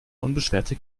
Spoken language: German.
unbeschwerte